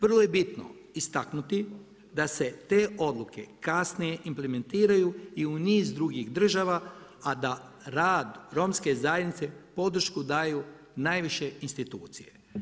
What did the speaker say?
Vrlo je bitno istaknuti da se te oduke kasnije implementiraju i u niz drugih država, a da rad, romske zajednicu, podršku daju najviše institucije.